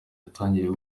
yatangiriye